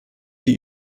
die